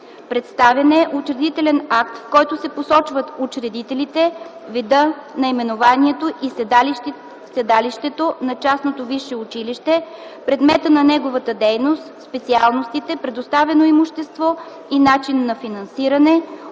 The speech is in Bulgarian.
Представен е учредителен акт, в който се посочват учредителите, вида, наименованието и седалището на частното висше училище, предмета на неговата дейност, специалностите, предоставено имущество и начин на финансиране,